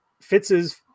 Fitz's